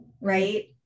right